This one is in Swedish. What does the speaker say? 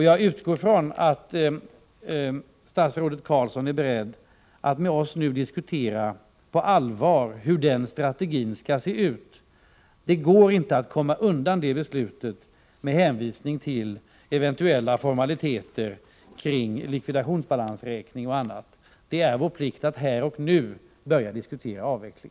Jag utgår från att statsrådet Roine Carlsson är beredd att med oss nu på allvar diskutera hur den strategin skall se ut. Det går inte att komma undan det beslutet med hänvisning till eventuella formaliteter beträffande likvidationsbalansräkning och annat. Det är vår plikt att här och nu börja diskutera en avveckling.